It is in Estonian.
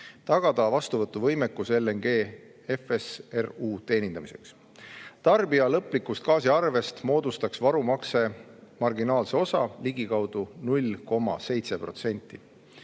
tagada vastuvõtuvõimekus LNG FSRU teenindamiseks. Tarbija lõplikust gaasiarvest moodustaks gaasivarumakse marginaalse osa, ligikaudu 0,7%.